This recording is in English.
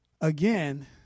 again